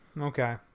Okay